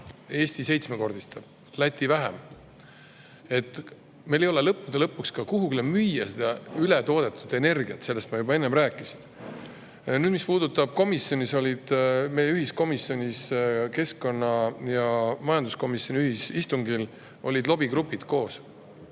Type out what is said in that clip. Eesti seitsmekordistab, Läti vähem. Meil ei ole lõppude lõpuks kuhugi müüa seda ületoodetud energiat. Sellest ma juba enne rääkisin. Nüüd, mis puudutab komisjoni, siis keskkonna‑ ja majanduskomisjoni ühisistungil olid lobigrupid koos.